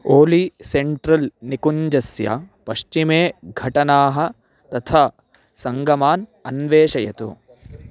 ओली central निकुञ्जस्य पश्चिमे घटनाः तथा सङ्गमान् अन्वेषयतु